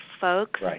Folks